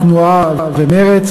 התנועה ומרצ,